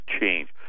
change